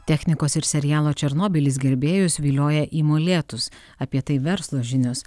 technikos ir serialo černobylis gerbėjus vilioja į molėtus apie tai verslo žinios